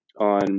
on